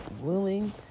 willing